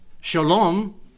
Shalom